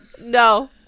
no